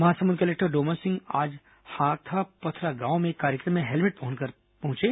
Mahasamund collector Doman Singh आज हाड़ापथरा गांव में एक कार्यक्रम में हेलमेट पहनकर पहुंचे